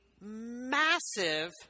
massive